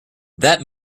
that